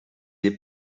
est